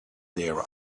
their